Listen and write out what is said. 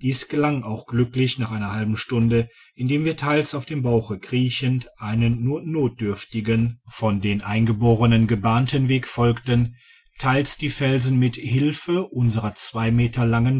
dies gelang auch glücklich nach einer halben stunde indem wir teils auf dem bauche kriechend einen nur notdürftigen von den digitized by google eingeborenen gebahnten weg folgten teils die felsen mit hilfe unserer zwei meter langen